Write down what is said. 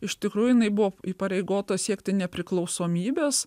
iš tikrųjų jinai buvo įpareigota siekti nepriklausomybės